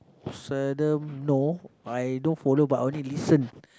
seldom no I don't follow but I only listen